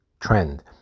trend